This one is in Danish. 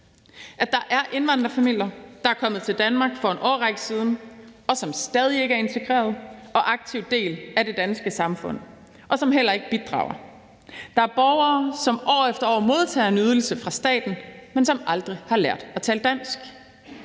at der er indvandrerfamilier, der er kommet til Danmark for en årrække siden, og som stadig ikke er integreret og en aktiv del af det danske samfund, og som heller ikke bidrager. Der er borgere, som år efter år modtager en ydelse fra staten, men som aldrig har lært at tale dansk.